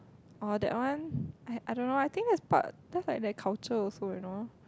oh that one I I don't know I think is part just like a culture also you know